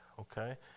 okay